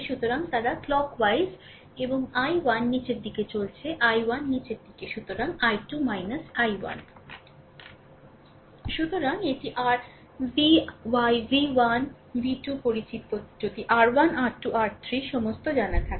সুতরাং তারা ঘড়ি অনুসারে এবং I1 নীচের দিকে চলেছে I1 নীচের দিকে সুতরাং I2 I1 সুতরাং এটি r v y v 1 v 2 পরিচিত যদি R 1 R 2 R3 সমস্ত জানা থাকে